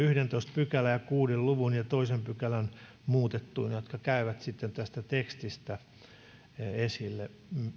pykälä ja kuuden luvun toinen pykälä muutettuina jotka käyvät sitten tästä tekstistä esille